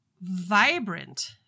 vibrant